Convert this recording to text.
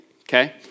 okay